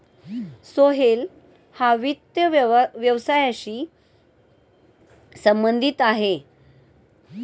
सोहेल हा वित्त व्यवसायाशी संबंधित आहे